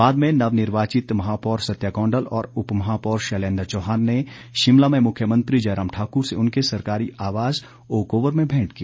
बाद में नवनिर्वाचित महापौर सत्या कौंडल और उपमहापौर शैलेन्द्र चौहान ने शिमला में मुख्यमंत्री जयराम ठाकुर से उनके सरकारी आवास ओकओवर में भेंट की